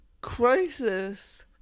crisis